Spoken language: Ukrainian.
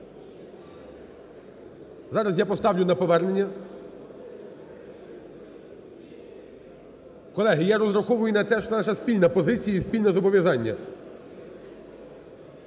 Зараз я поставлю на повернення. Колеги, я розраховую на те, що це наша спільна позиція і спільне зобов'язання.